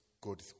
good